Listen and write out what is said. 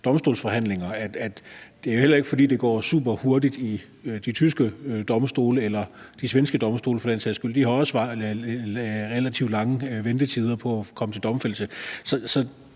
domstolsforhandlinger, og det er heller ikke, fordi det går superhurtigt ved de tyske domstole eller de svenske domstole for den sags skyld. De har også relativt lange ventetider, i forhold til at